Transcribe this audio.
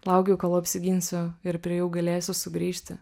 laukiu kol apsiginsiu ir prie jų galėsiu sugrįžti